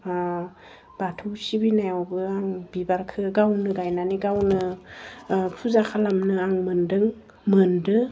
बाथौ सिबिनायावबो आङो बिबारखो गावनो गायनानै गावनो फुजा खालामनो आं मोनदों मोनदो